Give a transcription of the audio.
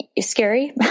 Scary